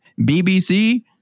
BBC